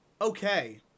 Okay